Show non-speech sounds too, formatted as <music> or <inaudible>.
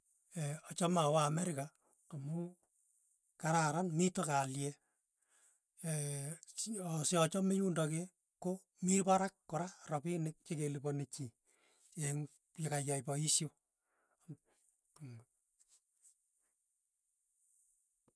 Ee achame awa amerika, amu kararan, mito kalyet, <hesitation> syia syachame yundok <hesitation> ko mi parak kora rapinik chekelipani chii, eng' likaiyai paisho.